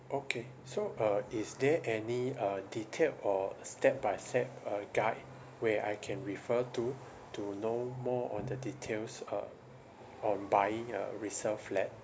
okay so uh is there any uh detailed or a step by step uh guide where I can refer to to know more on the details uh on buying a resale flat